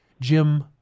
Jim